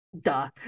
duh